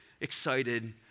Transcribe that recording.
excited